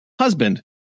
Husband